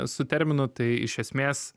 su terminu tai iš esmės